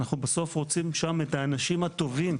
בסוף אנחנו רוצים שם את האנשים הטובים,